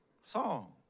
song